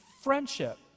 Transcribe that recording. friendship